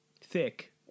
thick